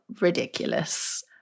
ridiculous